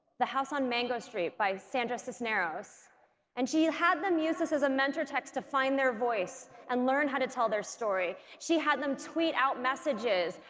the house on mango street by sandra cisneros and she had them use this as a mentor text to find their voice and learn how to tell their story she had them tweet out messages,